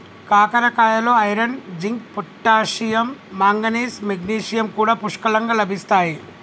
కాకరకాయలో iron, zinc, potassium, manganese, magnesium కూడా పుష్కలంగా లభిస్తాయి